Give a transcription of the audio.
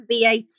VAT